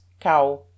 cow